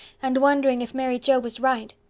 and wondering if mary joe was right.